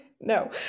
No